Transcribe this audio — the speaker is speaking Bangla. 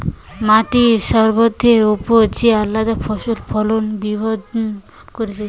মাটির স্বাস্থ্যের ওপর যে আলদা ফসলের ফলন নির্ভর করতিছে